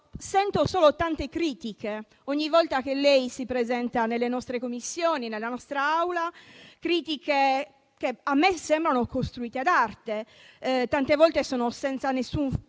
sento solo tante critiche, ogni volta che si presenta nelle nostre Commissioni e nella nostra Aula, che a me sembrano costruite ad arte e che tante volte sono senza alcun tipo